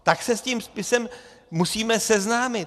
Tak se s tím spisem musíme seznámit.